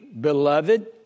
beloved